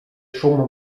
szum